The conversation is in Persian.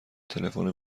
تلفن